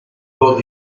port